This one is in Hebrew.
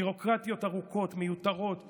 ביורוקרטיות ארוכות, מיותרות ומסורבלות,